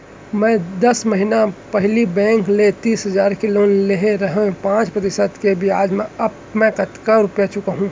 मैं दस महिना पहिली बैंक ले तीस हजार के लोन ले रहेंव पाँच प्रतिशत के ब्याज म अब मैं कतका रुपिया चुका हूँ?